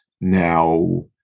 Now